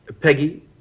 Peggy